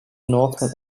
northern